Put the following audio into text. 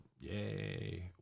yay